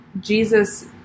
Jesus